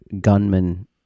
gunman